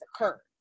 occurred